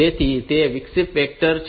તેથી તેઓ વિક્ષેપ વેક્ટર છે